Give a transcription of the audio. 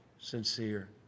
sincere